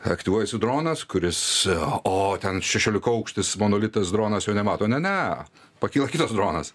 aktyvuojasi dronas kuris o ten šešiolikaukštis monolitas dronas jo nemato ne ne pakyla kitas dronas